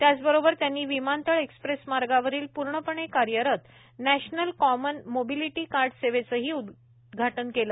त्याचबरोबर त्यांनी विमानतळ एक्सप्रेस मार्गावरील पूर्णपणे कार्यरत नॅशनल कॉमन मोबिलिटी कार्ड सेवेचंही उद्घाटन केलं